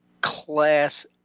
class